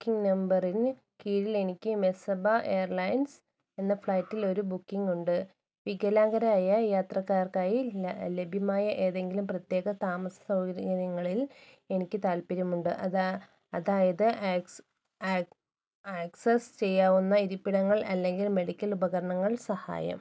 booking നമ്പറിനു കീഴിലെനിക്ക് Mesaba airlines എന്ന ഫ്ളൈറ്റിലൊരു ബുക്കിംഗുണ്ട് വികലാംഗരായ യാത്രക്കാർക്കായി ലഭ്യമായ ഏതെങ്കിലും പ്രത്യേക താമസ സൗകര്യം ഇനങ്ങളിൽ എനിക്കു താല്പര്യമുണ്ട് അത് അതായത് ആക്സസ് ചെയ്യാവുന്ന ഇരിപ്പിടങ്ങൾ അല്ലെങ്കിൽ മെഡിക്കൽ ഉപകരണങ്ങൾ സഹായം